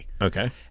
Okay